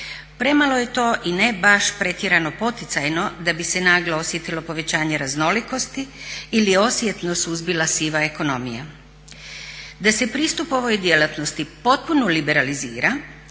Premalo je to i ne baš pretjerano poticajno da bi se naglo osjetilo povećanje raznolikosti ili osjetno suzbila siva ekonomija. Da se pristup ovoj djelatnosti potpuno liberalizira